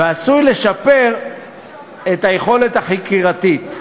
ועשוי לשפר את היכולת החקירתית.